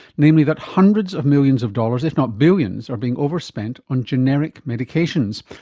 namely that hundreds of millions of dollars, if not billions are being overspent on generic medications,